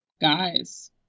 guys